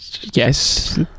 yes